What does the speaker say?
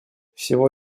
всего